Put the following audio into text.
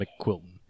McQuilton